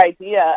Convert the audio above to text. idea